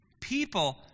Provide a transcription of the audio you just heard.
people